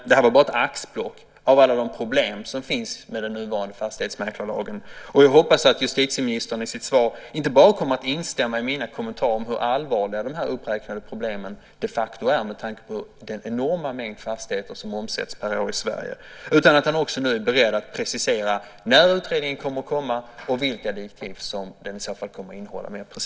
Det här var bara ett axplock av alla de problem som finns med den nuvarande fastighetsmäklarlagen, och jag hoppas att justitieministern i sitt svar inte bara kommer att instämma i mina kommentarer om hur allvarliga de här uppräknade problemen de facto är med tanke på den enorma mängd fastigheter som omsätts per år i Sverige, utan nu också är beredd att precisera när en utredning kommer och vilka närmare direktiv som den kommer att få.